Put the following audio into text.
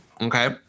okay